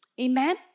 Amen